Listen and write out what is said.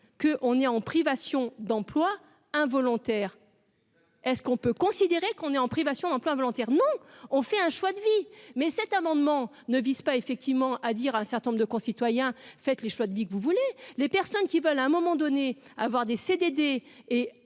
que on est en privation d'emploi involontaire. Est ce qu'on peut considérer qu'on est en privation d'emploi volontaire non, on fait un choix de vie, mais cet amendement ne vise pas effectivement à dire un certain nombre de concitoyens fait les choix de vie que vous voulez, les personnes qui veulent, à un moment donné, à avoir des CDD et